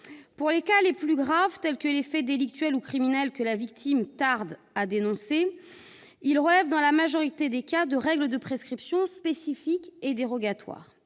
Les cas les plus graves, comme les faits délictuels ou criminels que la victime tarde à dénoncer, relèvent dans la majorité des cas de règles de prescription spécifiques et dérogatoires.